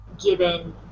given